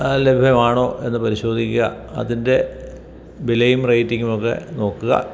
ആ ലഭ്യമാണോ എന്ന് പരിശോധിക്കുക അതിൻ്റെ വിലയും റേയ്റ്റങ്ങുമൊക്കെ നോക്കുക